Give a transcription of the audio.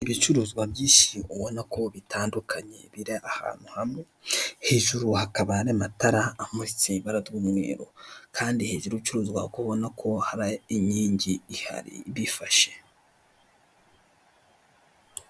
Ibicuruzwa byinshi ubona ko bitandukanye biri ahantu hantu hamwe, hejuru hakaba hari amatara amuritse ibara ry'umweru kandi hejuru y'ibicuruzwa ukubona ko haba inkingi ihari ibifashe.